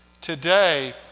Today